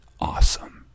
awesome